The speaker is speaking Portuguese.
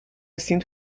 sinto